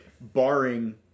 barring